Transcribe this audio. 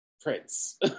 Prince